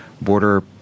border